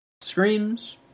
screams